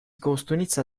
kostunica